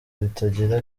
bitagira